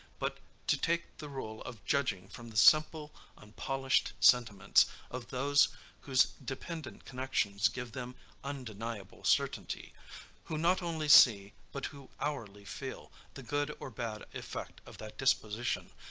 but to take the rule of judging from the simple unpolished sentiments of those whose dependent connections give them undeniable certainty who not only see, but who hourly feel, the good or bad effect of that disposition,